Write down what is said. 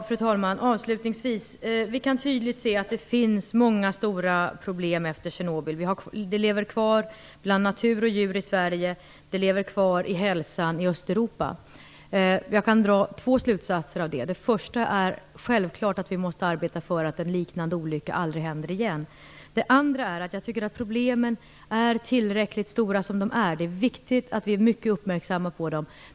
Fru talman! Låt mig avslutningsvis säga att vi tydligt kan se att det finns många stora problem efter Tjernobyl. Det lever kvar i natur och djur i Sverige och i hälsan i Östeuropa. Jag kan dra två slutsatser av det. Den första är att vi självfallet måste arbeta för att en liknande olycka aldrig händer igen. Den andra är att jag tycker att problemen är tillräckligt stora som de är. Det är viktigt att vi är mycket uppmärksamma på dem.